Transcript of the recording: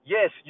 Yes